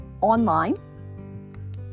online